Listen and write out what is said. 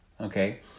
Okay